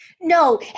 No